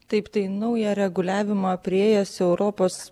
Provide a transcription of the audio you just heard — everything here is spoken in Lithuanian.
taip tai naują reguliavimą priėjęs europos